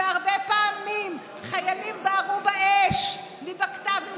שהרבה פעמים חיילים בערו באש מבקת"בים